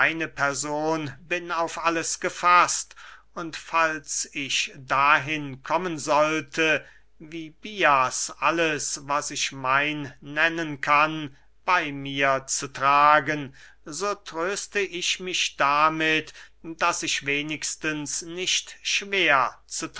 person bin auf alles gefaßt und falls ich dahin kommen sollte wie bias alles was ich mein nennen kann bey mir zu tragen so tröste ich mich damit daß ich wenigstens nicht schwer